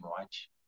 watch